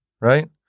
right